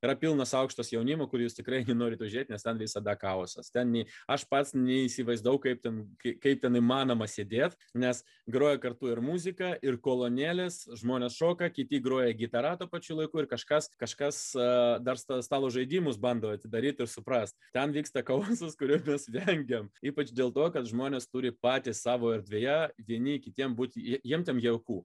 yra pilnas aukštas jaunimo kur jūs tikrai norit užeit nes ten visada chaosas ten nei aš pats neįsivaizduoju kaip ten kai kaip ten įmanoma sėdėt nes groja kartu ir muzika ir kolonėlės žmonės šoka kiti groja gitara pačiu laiku ir kažkas kažkas dar sta stalo žaidimus bando atidaryt ir suprast ten vyksta chaosas kurio mes vengiam ypač dėl to kad žmonės turi patys savo erdvėje vieni kitiem būti jie jiem ten jauku